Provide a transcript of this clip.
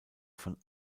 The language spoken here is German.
von